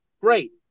Great